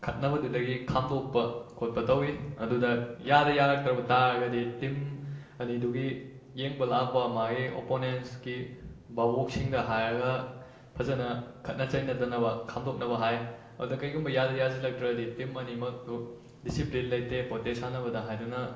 ꯈꯠꯅꯕꯗꯨꯗꯒꯤ ꯈꯥꯝꯗꯣꯛꯄ ꯈꯣꯠꯄ ꯇꯧꯏ ꯑꯗꯨꯗ ꯌꯥꯗ ꯌꯥꯔꯛꯇ꯭ꯔꯕ ꯇꯥꯔꯒꯗꯤ ꯇꯤꯝ ꯑꯅꯤꯗꯨꯒꯤ ꯌꯦꯡꯕ ꯂꯥꯛꯄ ꯃꯥꯒꯤ ꯑꯣꯄꯣꯅꯦꯟꯁꯀꯤ ꯕꯥꯕꯣꯛꯁꯤꯡꯗ ꯍꯥꯏꯔꯒ ꯐꯖꯅ ꯈꯠꯅ ꯆꯩꯅꯗꯅꯕ ꯈꯥꯝꯗꯣꯛꯅꯕ ꯍꯥꯏ ꯑꯗꯨꯗ ꯀꯔꯤꯒꯨꯝꯕ ꯌꯥꯗ ꯌꯥꯁꯤꯜꯂꯛꯇ꯭ꯔꯗꯤ ꯇꯤꯝ ꯑꯅꯤꯃꯛꯇꯨ ꯗꯤꯁꯤꯄ꯭ꯂꯤꯟ ꯂꯩꯇꯦ ꯈꯣꯠꯇꯦ ꯁꯥꯟꯅꯕꯗ ꯍꯥꯏꯗꯨꯅ